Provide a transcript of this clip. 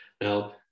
Now